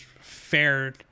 fair